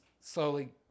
slowly